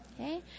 Okay